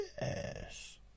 Yes